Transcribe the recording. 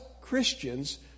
Christians